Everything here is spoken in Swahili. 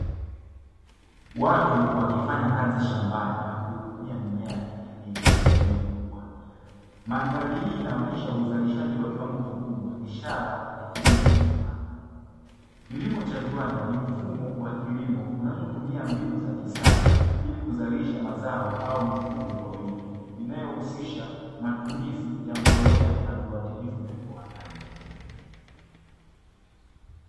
Watu wakifanya kazi shambani ya kuhudumia mimea ya kijamii katika eneo kubwa, mandhari hii inaonyesha uzalishaji wa kiwango kikubwa ishara ya kilimo cha viwanda. Kilimo cha viwanda ni mfumo wa kilimo kinachotumia mbinu za kisasa ili kuzalisha mazao au mifugo kwa wingi, kinachohusisha matumizi ya mbolea na viuatilifu vya viwandani.